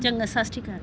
ਚੰਗਾ ਸਤਿ ਸ਼੍ਰੀ ਅਕਾਲ